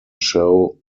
show